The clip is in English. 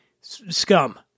scum